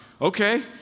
Okay